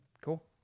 Cool